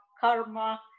karma